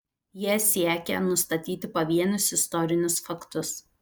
jie siekią nustatyti pavienius istorinius faktus